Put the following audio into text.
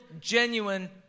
genuine